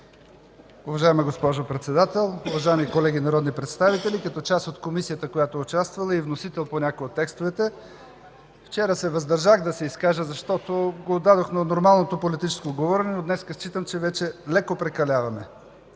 Уважаема госпожо Председател, уважаеми колеги народни представители! Като част от Комисията, която е участвала, и вносител по някои от текстовете вчера се въздържах да се изкажа, защото го отдадох на нормалното политическо говорене, но днес считам, че вече леко прекаляваме.